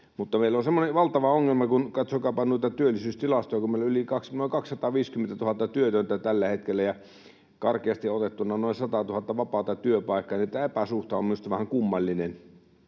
Meillä on semmoinen valtava ongelma, kun — katsokaapa noita työllisyystilastoja — meillä on noin 250 000 työtöntä tällä hetkellä ja karkeasti otettuna noin 100 000 vapaata työpaikkaa. Tämä epäsuhta on minusta vähän kummallinen.